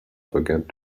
forget